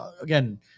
again